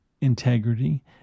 integrity